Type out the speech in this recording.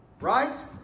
right